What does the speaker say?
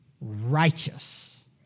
righteous